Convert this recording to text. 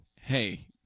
hey